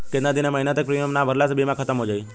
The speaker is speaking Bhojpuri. केतना दिन या महीना तक प्रीमियम ना भरला से बीमा ख़तम हो जायी?